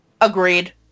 agreed